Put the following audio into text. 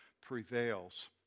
prevails